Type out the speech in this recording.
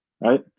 right